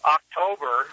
October